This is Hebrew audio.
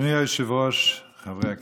אדוני היושב-ראש, חברי הכנסת,